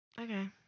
Okay